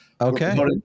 Okay